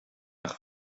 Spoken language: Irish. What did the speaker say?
ach